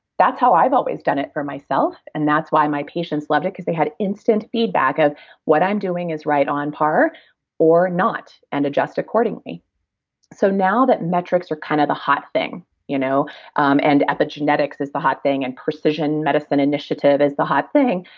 that's how i've always done it for myself and that's why my patients loved it because they had instant feedback of what i'm doing is right on par or not and adjust accordingly so now that metrics are kind of the hot thing you know um and epigenetics is the hot thing and precision medicine initiative is the hot thing,